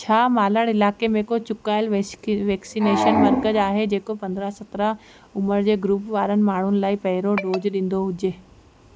छा मालहाड़ इलाइक़े में को चुकायलु वैस्की वैक्सीनेशन मर्कज़ु आहे जेको पंदरहां सतरहां उमिरि जे ग्रुप वारनि माण्हुनि लाइ पहिरियों डोज ॾींदो हुजे